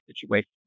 situation